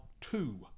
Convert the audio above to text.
two